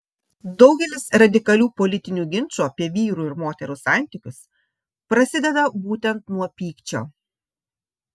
daugelis radikalių politinių ginčų apie vyrų ir moterų santykius prasideda būtent nuo pykčio